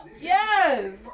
yes